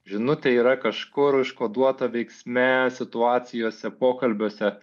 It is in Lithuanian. žinutė yra kažkur užkoduota veiksme situacijose pokalbiuose